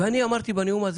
כל הנאום אמרתי,